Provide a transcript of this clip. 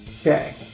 okay